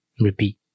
repeat